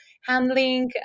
handling